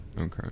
Okay